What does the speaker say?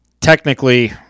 technically